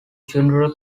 general